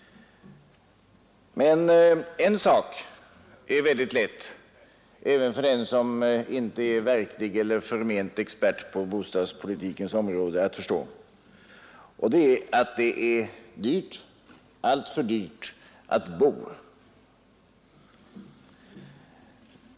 Men en sak är väldigt lätt att förstå även för den som inte är verklig eller förment expert på bostadspolitikens område, och det är att det är dyrt, alltför dyrt, att bo.